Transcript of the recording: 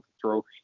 throw